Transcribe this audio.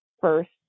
first